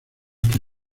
que